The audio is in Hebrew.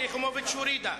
שלי יחימוביץ הורידה.